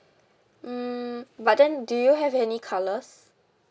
hmm but then do you have any colours